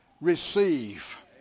receive